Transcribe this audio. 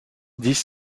dix